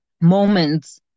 moments